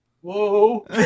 Whoa